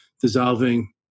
dissolving